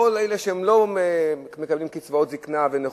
כל אלה שלא מקבלים קצבאות זיקנה ונכות,